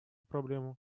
проблему